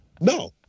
No